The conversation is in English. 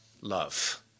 love